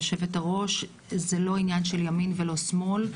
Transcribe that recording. יושבת הראש: זה לא עניין של ימין ולא שמאל.